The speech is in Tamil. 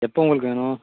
எப்போ உங்களுக்கு வேணும்